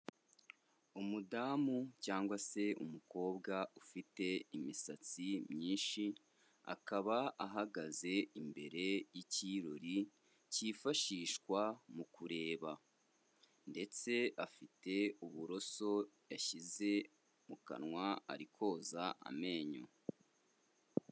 Umudamu cyangwa se umukobwa ufite imisatsi myinshi, akaba ahagaze imbere y'ikirori cyifashishwa mu kureba ndetse afite uburoso yashyize mu kanwa ari koza amenyo.